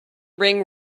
ring